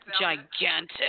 Gigantic